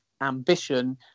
ambition